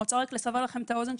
אני רוצה רק לסבר לכם את האוזן,